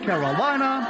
Carolina